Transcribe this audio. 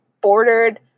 bordered